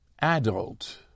adult